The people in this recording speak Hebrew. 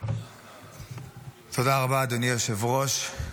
אדוני היושב-ראש.